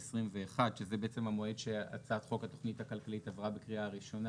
שזה בעצם המועד שהצעת חוק התכנית הכלכלית עברה בקריאה ראשונה